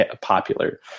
popular